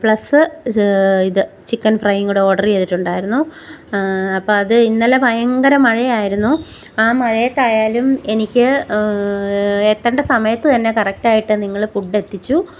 plus ഇത് chicken fry കൂടോഡർ ചെയ്തിട്ടുണ്ടായിരുന്നു അപ്പം അത് ഇന്നലെ ഭയങ്കര മഴയായിരുന്നു ആ മഴയത്തായാലും എനിക്ക് എത്തേണ്ട സമയത്ത് തന്നെ കറക്റ്റായിട്ട് നിങ്ങൾ ഫുഡ്ഡെത്തിച്ചു